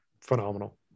phenomenal